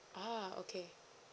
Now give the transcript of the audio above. oh okay